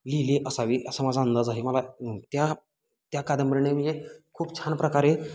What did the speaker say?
लिहिली असावी असा माझा अंदज आहे मला त्या त्या कादंबरीने म्हणजे खूप छान प्रकारे